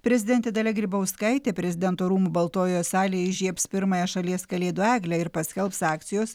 prezidentė dalia grybauskaitė prezidento rūmų baltojoje salėje įžiebs pirmąją šalies kalėdų eglę ir paskelbs akcijos